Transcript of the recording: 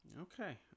Okay